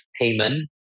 payment